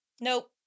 Nope